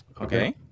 Okay